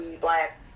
black